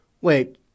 Wait